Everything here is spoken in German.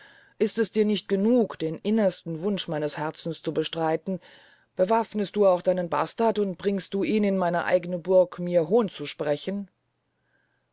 ist es dir nicht genug den innigsten wunsch meines herzens zu bestreiten bewaffnest du auch deinen bastart und bringst ihn in meine eigne burg mir hohn zu sprechen